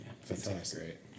Fantastic